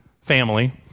family